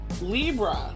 Libra